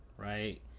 right